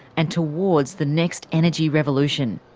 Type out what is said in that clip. and towards the next energy revolution.